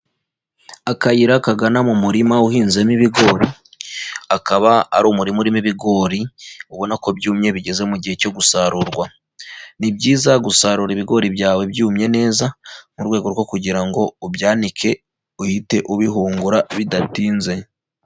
Akayira kagana mu murima uhinzemo ibigori, akaba ari umurima urimo ibigori ubona ko byumye bigeze mu gihe cyo gusarurwa. Ni byiza gusarura ibigori byawe byumye neza mu rwego rwo kugira ngo ubyanike, uhite ubihungura bidatinze.